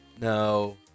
No